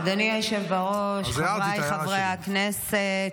אדוני היושב בראש, חבריי חברי הכנסת,